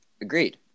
Agreed